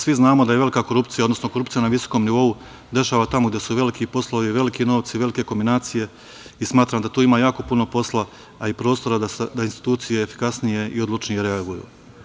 Svi znamo da se velika korupcija, odnosno korupcija na visokom nivou dešava tamo gde su veliki poslovi, veliki novci, velike kombinacije i smatram da tu ima jako puno posla, a i prostora da institucije efikasnije i odlučnije reaguju.